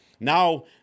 Now